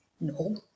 no